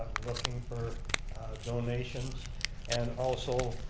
looking for donations and also,